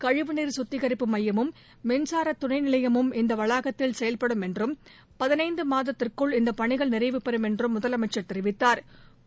கழிவுநீர் கத்திகிப்பு மையமும் மின்சார துணை நிலையமும் இந்த வளாகத்தில் செயல்படும் என்றும் பதினைந்து மாதத்திற்குள் இந்த பணிகள் நிறைவு பெறும் என்றும் முதலமைச்சா் தெரிவித்தாா்